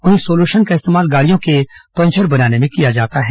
वहीं सोलुशन का इस्तेमाल गाड़ियों के पंचर बनाने में किया जाता है